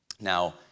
Now